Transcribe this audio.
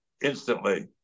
instantly